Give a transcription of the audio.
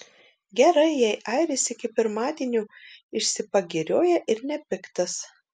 gerai jei airis iki pirmadienio išsipagirioja ir nepiktas